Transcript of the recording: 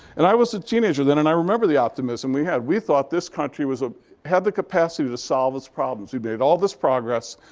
and i was a teenager then. and i remember the optimism we had. we thought this country ah had the capacity to solve its problems. we made all this progress.